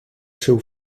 seu